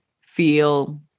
feel